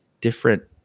different